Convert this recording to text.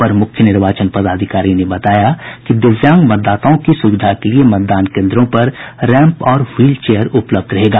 अपर मुख्य निर्वाचन पदाधिकारी ने बताया कि दिव्यांग मतदाताओं की सुविधा के लिये मतदान केन्द्रों पर रैंप और व्हील चेयर उपलब्ध रहेगा